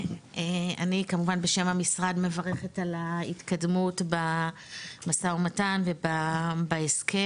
אני כמובן בשם המשרד מברכת על ההתקדמות במשא ומתן ובהסכם.